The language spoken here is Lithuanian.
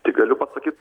tik galiu pasakyt